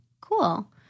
cool